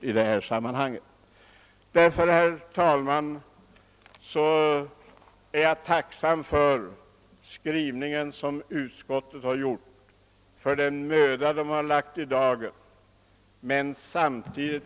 Därför är jag, herr talman, tacksam för utskottets skrivning och för den möda som utskottet har lagt ned på frågan.